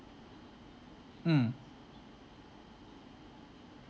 mm